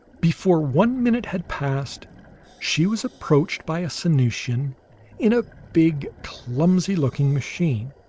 before one minute had passed she was approached by a sanusian in a big, clumsy looking machine.